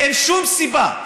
אין שום סיבה.